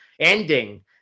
ending